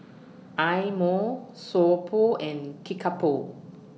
Eye Mo So Pho and Kickapoo